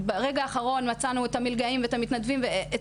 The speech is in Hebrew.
ברגע האחרון מצאנו את המתנדבים והצלחנו,